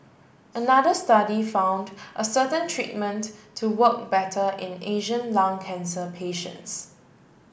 another study found a certain treatment to work better in Asian lung cancer patients